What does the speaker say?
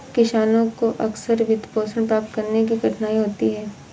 किसानों को अक्सर वित्तपोषण प्राप्त करने में कठिनाई होती है